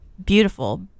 beautiful